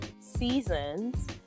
seasons